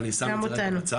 אבל אני שם את זה רגע בצד,